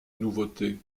nouveauté